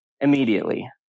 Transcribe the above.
immediately